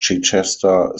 chichester